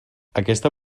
aquesta